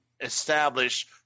establish